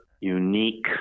unique